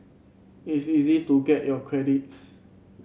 it's easy to get your credits